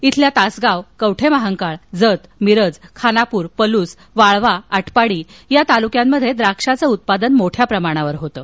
अल्या तासगाव कवठे महांकाळ जत मिरज खानाप्र पलूस वाळवा आटपाडी या तालुक्यात द्राक्ष उत्पादन मोठ्या प्रमाणावर होतं